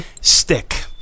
Stick